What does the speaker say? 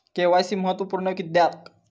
KYC महत्त्वपुर्ण किद्याक?